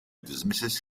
dismisses